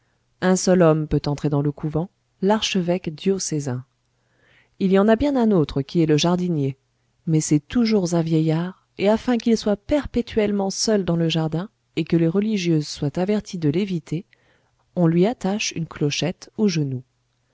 un seul homme peut entrer dans le couvent l'archevêque diocésain il y en a bien un autre qui est le jardinier mais c'est toujours un vieillard et afin qu'il soit perpétuellement seul dans le jardin et que les religieuses soient averties de l'éviter on lui attache une clochette au genou